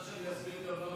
את רוצה שאני אסביר גם למה?